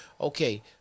okay